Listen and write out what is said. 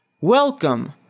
Welcome